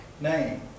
name